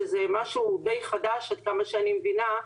שזה משהו די חדש עד כמה שאני מבינה,